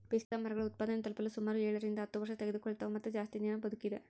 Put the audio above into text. ಪಿಸ್ತಾಮರಗಳು ಉತ್ಪಾದನೆ ತಲುಪಲು ಸುಮಾರು ಏಳರಿಂದ ಹತ್ತು ವರ್ಷತೆಗೆದುಕೊಳ್ತವ ಮತ್ತೆ ಜಾಸ್ತಿ ದಿನ ಬದುಕಿದೆ